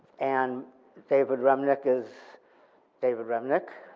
and david remnick is david remnick,